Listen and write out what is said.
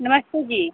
नमस्ते जी